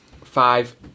five